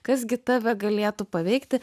kas gi tave galėtų paveikti